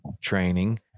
training